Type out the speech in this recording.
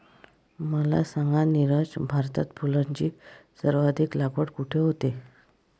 मला सांगा नीरज, भारतात फुलांची सर्वाधिक लागवड कुठे होते?